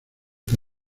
que